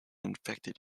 infected